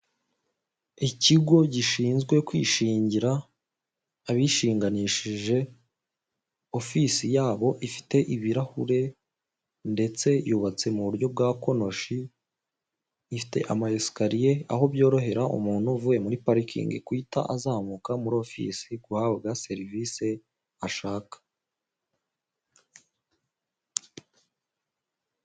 Ikigo gishinzwe kwishingira abishinganishije ofisi yabo ifite ibirahure ndetse yubatse mu buryo bwa konoshi, ifite ama esikariye aho byorohera umuntu uvuye muri parikingi guhita azamuka muri ofise guhabwa serivisi ashaka.